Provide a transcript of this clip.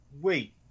Wait